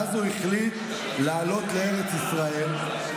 ואז הוא החליט לעלות לארץ ישראל.